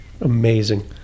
Amazing